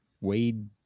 Wade